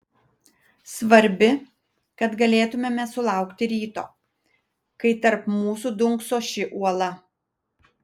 svarbi kad galėtumėme sulaukti ryto kai tarp mūsų dunkso ši uola